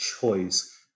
choice